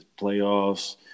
playoffs